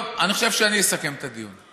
טוב, אני חושב שאני אסכם את הדיון.